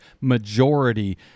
majority